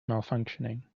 malfunctioning